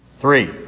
Three